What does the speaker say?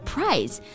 Prize